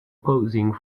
posing